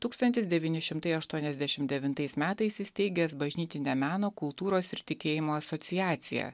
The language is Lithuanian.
tūkstantis devyni šimtai aštuoniasdešimt devintais metais įsteigęs bažnytinio meno kultūros ir tikėjimo asociaciją